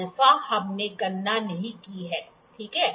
α हमने गणना नहीं की है ठीक है